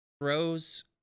throws